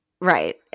right